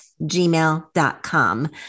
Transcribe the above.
gmail.com